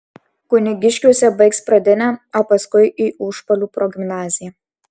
kunigiškiuose baigs pradinę o paskui į užpalių progimnaziją